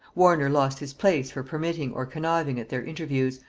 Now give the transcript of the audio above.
warner lost his place for permitting or conniving at their interviews,